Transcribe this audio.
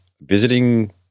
visiting